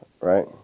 right